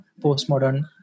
postmodern